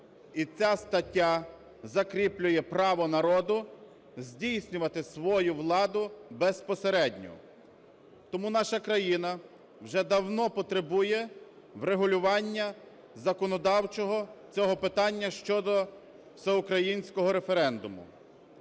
І ця стаття закріплює право народу здійснювати свою владу безпосередньо. Тому наша країна вже давно потребує врегулювання законодавчого цього питання щодо всеукраїнського референдуму.